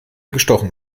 gestochen